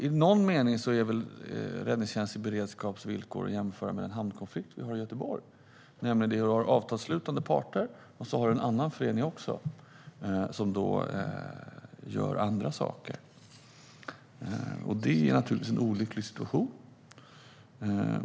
I någon mening är villkoren för räddningstjänst i beredskap att jämföra med hamnkonflikten i Göteborg. Det finns avtalsslutande parter, och dessutom finns en annan förening som gör andra saker. Detta är naturligtvis en olycklig situation.